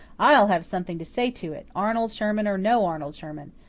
i'll have something to say to it, arnold sherman or no arnold sherman.